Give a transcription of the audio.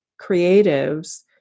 creatives